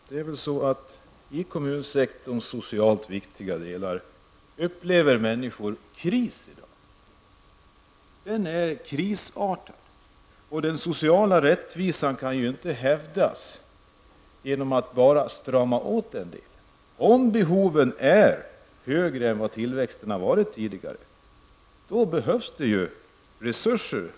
Fru talman! Människor upplever att det i dag är kris i den kommunala sociala sektorn. Utvecklingen är krisartad, och den sociala rättvisan kan inte uppnås bara genom åtstramningar. Om behoven är större än tillväxten, är det nödvändigt att denna sektor tillförs resurser.